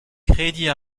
krediñ